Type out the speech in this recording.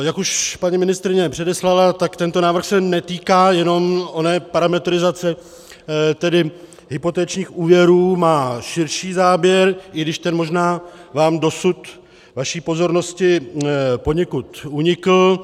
Jak už paní ministryně předeslala, tento návrh se netýká jenom oné parametrizace hypotečních úvěrů, má širší záběr, i když ten možná dosud vaší pozornosti poněkud unikl.